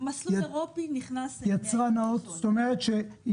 משרד האוצר, כפי שנאמר כאן,